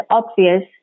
obvious